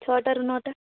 ଛଅଟାରୁ ନଅଟା